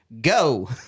Go